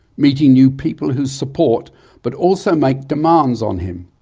meeting new people who support but also make demands on him,